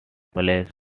placenames